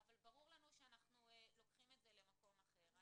שאנחנו לוקחים את זה למקום אחר.